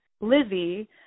Lizzie